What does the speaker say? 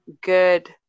good